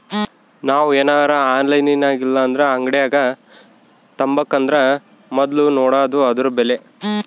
ನಾವು ಏನರ ಆನ್ಲೈನಿನಾಗಇಲ್ಲಂದ್ರ ಅಂಗಡ್ಯಾಗ ತಾಬಕಂದರ ಮೊದ್ಲು ನೋಡಾದು ಅದುರ ಬೆಲೆ